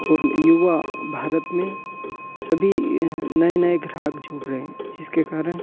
और युवा भारत में सभी यह नए नए ग्राहक जुड़ रहें जिसके कारण